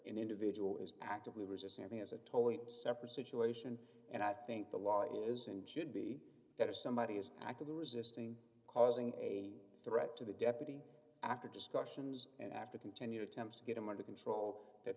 an individual is actively resist anything is a totally separate situation and i think the law is and should be there somebody is actively resisting causing a threat to the deputy after discussions and after continued attempts to get him under control that